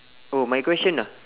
oh my question ah